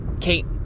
Kate